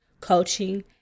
coaching